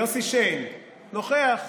יוסי שיין, נוכח,